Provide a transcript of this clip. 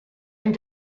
and